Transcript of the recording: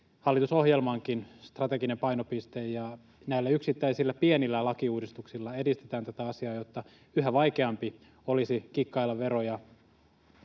hallitusohjelmankin strateginen painopiste, ja näillä yksittäisillä pienillä lakiuudistuksilla edistetään tätä asiaa, jotta yhä vaikeampi olisi kikkailla veroja